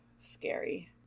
Scary